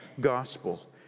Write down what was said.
gospel